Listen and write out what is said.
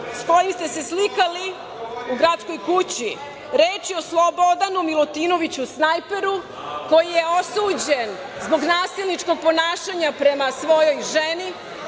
sa kojim ste se slikali u Gradskoj kući. Reč je o Slobodanu Milutinoviću Snajperu koji je osuđen zbog nasilničkog ponašanja prema svojoj ženi